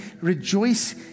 rejoice